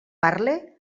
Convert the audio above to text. parle